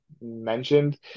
mentioned